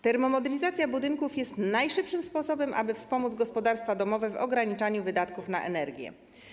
Termomodernizacja budynków jest najszybszym sposobem, aby wspomóc gospodarstwa domowe w ograniczaniu wydatków na energię.